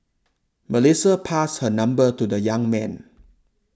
Melissa passed her number to the young man